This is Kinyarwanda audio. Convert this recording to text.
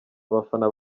abafana